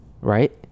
right